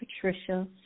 Patricia